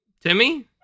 Timmy